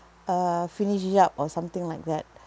uh finish it up or something like that